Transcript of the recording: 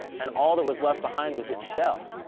and all that was left behind was it's shell.